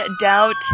doubt